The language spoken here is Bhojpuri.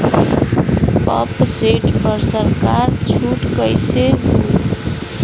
पंप सेट पर सरकार छूट कईसे होई?